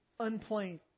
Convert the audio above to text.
unplain